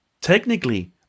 technically